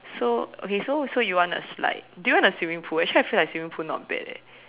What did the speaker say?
so okay so so you want a slide do you want a swimming pool actually I feel like swimming pool like not bad eh